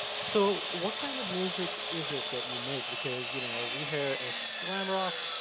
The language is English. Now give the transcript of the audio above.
so what kind of music is it that you make? because you know we hear it's glam rock,